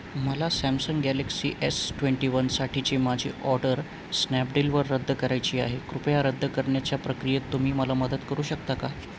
मला Samsung Galaxy S twenty वनसाठीची माझी ऑडर स्नॅपडीलवर रद्द करायची आहे कृपया रद्द करण्याच्या प्रक्रियेत तुम्ही मला मदत करू शकता का